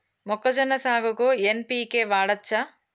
మొక్కజొన్న సాగుకు ఎన్.పి.కే వాడచ్చా?